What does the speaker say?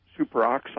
superoxide